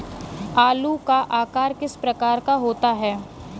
आलू का आकार किस प्रकार का होता है?